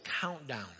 countdown